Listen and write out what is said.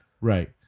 Right